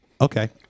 Okay